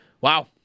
Wow